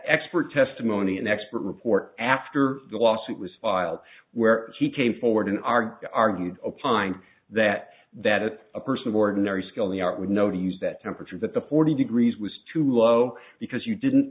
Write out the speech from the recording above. expert testimony an expert report after the lawsuit was filed where he came forward an arg argued opined that that a person of ordinary skill the art with know to use that temperature that the forty degrees was too low because you didn't